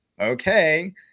okay